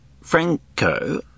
Franco